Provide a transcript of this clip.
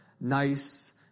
nice